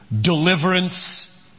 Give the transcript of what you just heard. deliverance